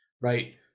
right